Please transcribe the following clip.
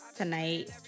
Tonight